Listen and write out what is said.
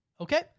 okay